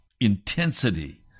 intensity